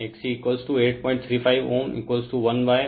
refer time 19 05 तो XC835Ω 1ω0 C है